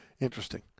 Interesting